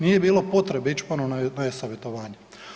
Nije bilo potrebe ići ponovo na e-savjetovanje.